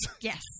yes